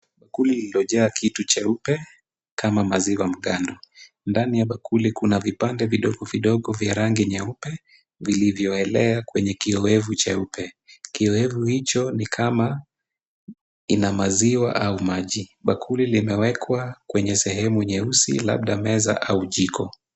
Bakuli lililojaa kitu cheupe kama maziwa mgando. Ndani ya bakuli kuna vipande vidogo vidogo vya rangi nyeupe vilivyoelea kwenye kioevu cheupe. Kioevu hicho ni kama ina maziwa au maji, bakuli limewekwa kwenye sehemu nyeusi labda meza au jiko.